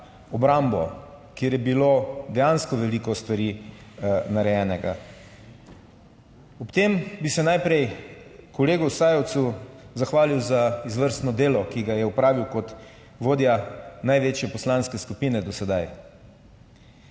obrambo, kjer je bilo dejansko veliko stvari narejenega. Ob tem bi se najprej kolegu Sajovcu zahvalil za izvrstno delo, ki ga je opravil kot vodja največje poslanske skupine do sedaj.